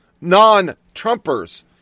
non-Trumpers